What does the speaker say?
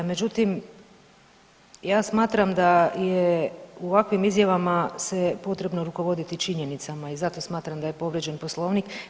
Međutim, ja smatram da je u ovakvim izjavama se potrebno rukovoditi činjenicama i zato smatram da je povrijeđen Poslovnik.